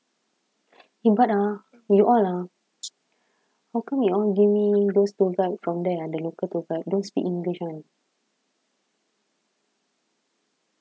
eh but ah you all ah how come you all give me those tour guide from there ah the local tour guide don't speak english [one]